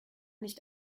nicht